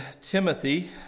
Timothy